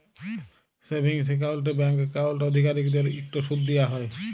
savings একাউল্টে bank account অধিকারীদেরকে ইকট সুদ দিয়া হ্যয়